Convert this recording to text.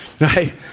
right